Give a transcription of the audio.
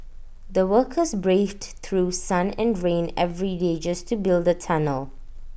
the workers braved through sun and rain every day just to build the tunnel